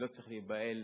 לא צריך להיבהל